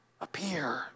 appear